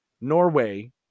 Norway